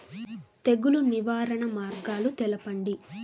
తెగులు నివారణ మార్గాలు తెలపండి?